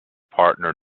partner